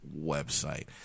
website